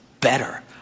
better